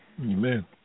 Amen